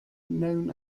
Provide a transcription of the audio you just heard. known